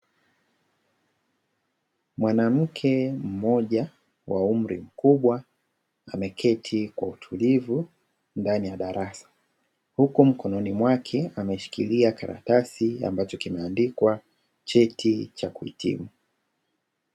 Mwanamke mmoja wa umri mkubwa ameketi kwa utulivu ndani ya darasa, huku mkononi mwake ameshikilia karatasi ambacho kimeandikwa cheti cha kuhitimu.